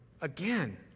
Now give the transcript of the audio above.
Again